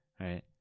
right